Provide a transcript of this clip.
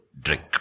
drink